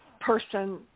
person